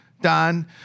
Don